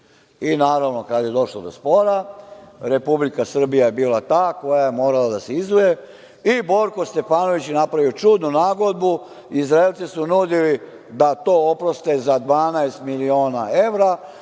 Naravno, kad je došlo do spora, Republika Srbija je bila ta koja je morala da se izuje i Borko Stefanović je napravio čudnu nagodbu, Izraelci su nudili da to oproste za 12 miliona evra,